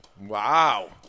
Wow